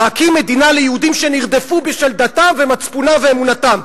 להקים מדינה ליהודים שנרדפו בשל דתם ומצפונם ואמונתם?